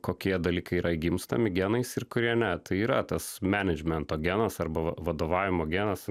kokie dalykai yra įgimstami genais ir kurie ne tai yra tas menedžmento genas arba vadovavimo genas